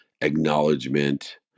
acknowledgement